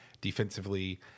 defensively